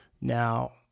Now